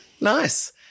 Nice